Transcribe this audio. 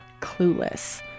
clueless